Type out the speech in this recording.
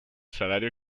salario